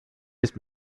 ist